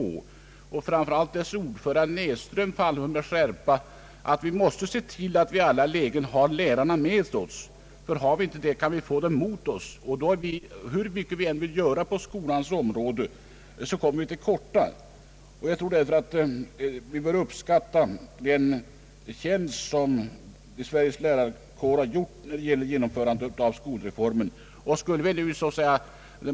Jag minns att framför allt utskottets ordförande herr Näsström med skärpa framhöll att vi måste se till att i alla lägen ha lärarna med oss, ty har vi inte det kan vi få dem emot oss, och då kommer vi till korta hur mycket vi än vill göra på skolans område. Vi bör därför uppskatta den tjänst som Sveriges lärarkår har gjort när det gäller genomförandet av skolreformen.